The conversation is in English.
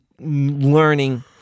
learning